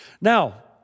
Now